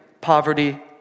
poverty